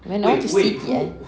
when I want to see T_I